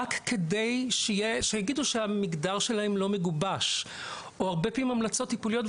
רק על מנת שיגידו שהמגדר שלהם לא מגובש או הרבה פעמים המלצות טיפוליות,